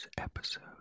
episode